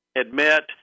admit